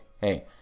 hey